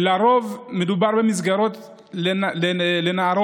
לרוב מדובר במסגרות לנערות,